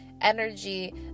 energy